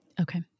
Okay